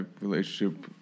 relationship